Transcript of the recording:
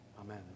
amen